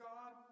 God